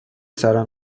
سرم